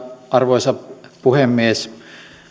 arvoisa puhemies